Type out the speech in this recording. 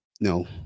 no